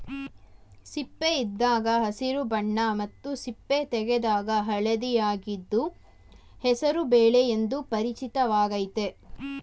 ಸಿಪ್ಪೆಯಿದ್ದಾಗ ಹಸಿರು ಬಣ್ಣ ಮತ್ತು ಸಿಪ್ಪೆ ತೆಗೆದಾಗ ಹಳದಿಯಾಗಿದ್ದು ಹೆಸರು ಬೇಳೆ ಎಂದು ಪರಿಚಿತವಾಗಯ್ತೆ